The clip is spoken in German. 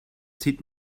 zieht